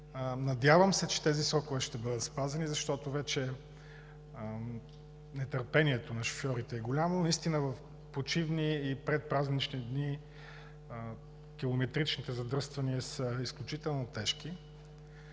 Надявам се, че тези срокове ще бъдат спазени, защото вече нетърпението на шофьорите е голямо. Наистина в почивни и предпразнични дни километричните задръствания са изключително тежки,